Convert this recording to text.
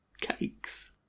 Cakes